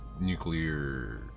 nuclear